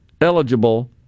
eligible